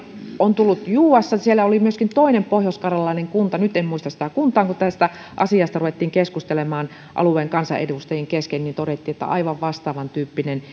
on tullut juuassa siellä oli myöskin toinen pohjoiskarjalalainen kunta nyt en muista sitä kuntaa mutta kun tästä asiasta ruvettiin keskustelemaan alueen kansanedustajien kesken niin todettiin että aivan vastaavantyyppinen